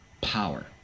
power